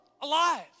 alive